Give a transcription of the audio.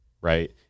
right